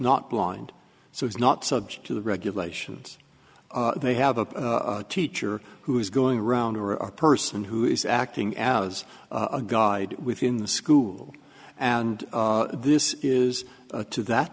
not blind so it's not subject to the regulations they have a teacher who is going around a person who is acting as a guide within the school and this is to that